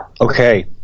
Okay